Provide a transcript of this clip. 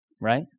right